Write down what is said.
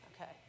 okay